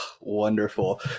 wonderful